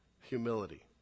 Humility